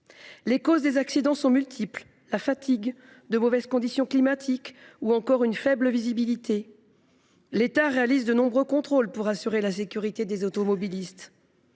Les causes des accidents sont multiples : la fatigue, de mauvaises conditions météorologiques, ou encore une faible visibilité. L’État réalise de nombreux contrôles pour assurer la sécurité des automobilistes.